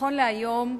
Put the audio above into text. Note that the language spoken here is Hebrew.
נכון להיום,